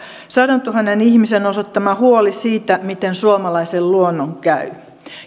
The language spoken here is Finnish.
sadantuhannen ihmisen osoittama huoli siitä miten suomalaisen luonnon käy